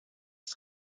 het